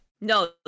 no